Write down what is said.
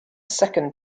second